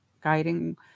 guiding